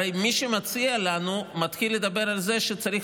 הרי מי שמציע לנו מתחיל לדבר על זה שצריך